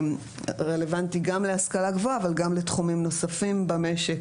רלוונטי גם להשכלה הגבוהה אבל גם לתחומים נוספים במשק,